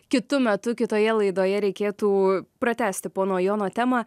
kitu metu kitoje laidoje reikėtų pratęsti pono jono temą